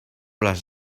las